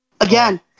Again